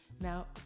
now